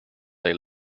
they